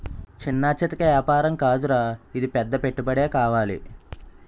చిన్నా చితకా ఏపారం కాదురా ఇది పెద్ద పెట్టుబడే కావాలి